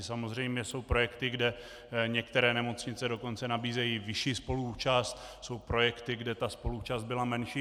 Samozřejmě jsou projekty, kde některé nemocnice dokonce nabízejí vyšší spoluúčast, jsou projekty, kde spoluúčast byla menší.